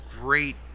great